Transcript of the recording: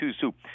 soup